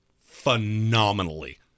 phenomenally